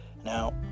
Now